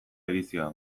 edizioa